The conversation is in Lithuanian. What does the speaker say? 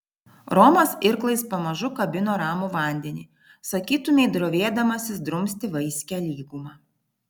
romas irklais pamažu kabino ramų vandenį sakytumei drovėdamasis drumsti vaiskią lygumą